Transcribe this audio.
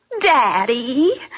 Daddy